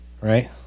right